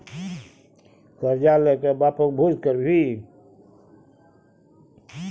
करजा ल कए बापक भोज करभी?